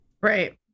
right